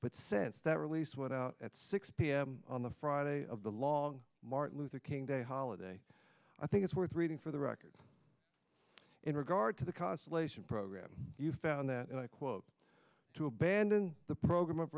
but since that release what out at six pm on the friday of the long martin luther king day holiday i think it's worth reading for the record in regard to the constellation program you found that i quote to abandon the pro